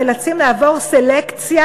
נאלצים לעבור סלקציה,